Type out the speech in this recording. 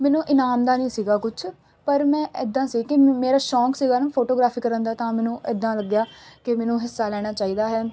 ਮੈਨੂੰ ਇਨਾਮ ਦਾ ਨਹੀਂ ਸੀਗਾ ਕੁਛ ਪਰ ਮੈਂ ਇੱਦਾਂ ਸੀ ਕਿ ਮੇਰਾ ਸ਼ੌਕ ਸੀਗਾ ਨਾ ਫੋਟੋਗ੍ਰਾਫੀ ਕਰਨ ਦਾ ਤਾਂ ਮੈਨੂੰ ਇੱਦਾਂ ਲੱਗਿਆ ਕਿ ਮੈਨੂੰ ਹਿੱਸਾ ਲੈਣਾ ਚਾਹੀਦਾ ਹੈ